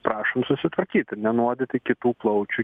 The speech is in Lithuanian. prašom susitvarkyt ir nenuodyti kitų plaučių